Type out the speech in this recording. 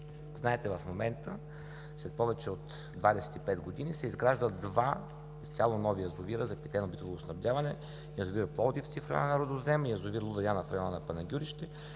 Знаете, в момента, след повече от 25 години, се изграждат два изцяло нови язовира, за питейно битово снабдяване – язовир Пловдивци, в района на Рудозем и язовира „Луда Яна“ в района на Панагюрище,